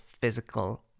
physical